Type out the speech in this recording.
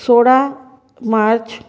सोळा मार्च